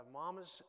mamas